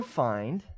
find